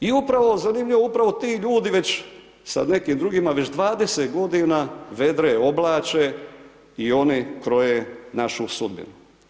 I upravo zanimljivo, upravo tu ljudi već sa nekim drugima već 20 g. vedre, oblače i oni kroje našu sudbinu.